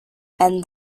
and